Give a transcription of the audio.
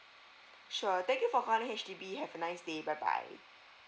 sure thank you for calling H_D_B have a nice day bye bye